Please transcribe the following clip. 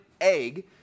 egg